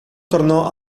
tornò